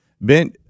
Ben